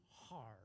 hard